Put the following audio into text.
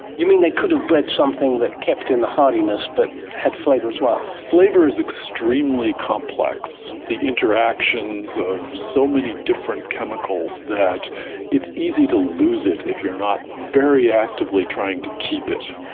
you mean they could have bred something that kept in the hardiness but had flavour as well? flavour is extremely complex, the interactions of so many different chemicals, that it's easy to lose it if you're not very actively trying to keep it.